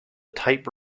type